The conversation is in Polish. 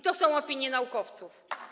To są opinie naukowców.